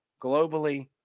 Globally